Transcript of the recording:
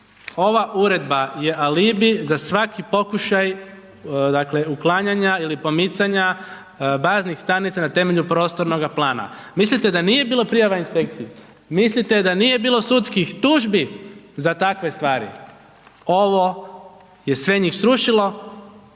ova uredba je alibi za svaki pokušaj, dakle, uklanjanja ili pomicanja baznih stanica na temelju prostornoga plana. Mislite da nije bilo prijava inspekciji? Mislite da nije bilo sudskih tužbi za takve stvari? Ovo je sve njih srušilo,